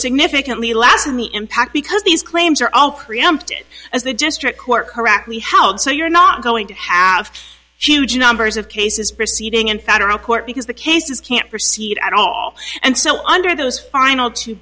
significantly lasting impact because these claims are all preempted as the district court correctly held so you're not going to have huge numbers of cases proceeding in federal court because the cases can't proceed at all and so under those final two